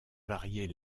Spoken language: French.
varier